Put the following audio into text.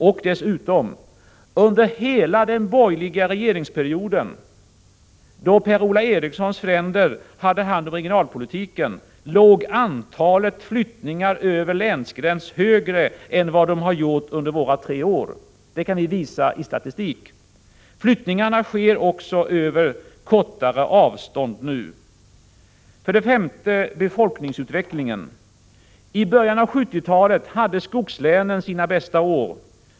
Och dessutom: Under hela den borgerliga regeringsperioden, då Per-Ola Erikssons fränder hade hand om regionalpolitiken, låg antalet flyttningar över länsgräns högre än vad de gjort under våra tre år. Det kan vi visa med statistikens hjälp. Flyttningarna sker också över kortare avstånd nu. För det femte: befolkningsutvecklingen. I början av 1970-talet hade skogslänen sina bästa år.